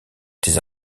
des